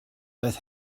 daeth